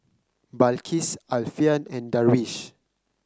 Balqis Alfian and Darwish